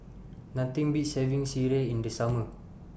Nothing Beats having Sireh in The Summer